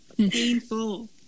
Painful